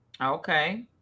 Okay